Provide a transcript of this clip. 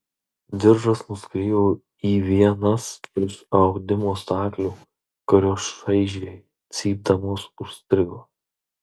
diržas nuskriejo į vienas iš audimo staklių kurios šaižiai cypdamos užstrigo